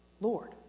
Lord